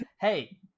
Hey